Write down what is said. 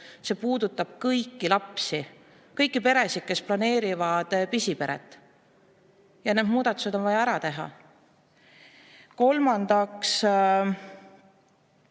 puudutab kõiki lapsi, kõiki peresid, kes planeerivad pisiperet. Need muudatused on vaja ära teha. Kolmandaks,